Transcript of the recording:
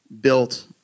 built